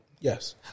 Yes